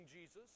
Jesus